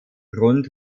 grund